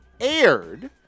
aired